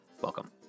Welcome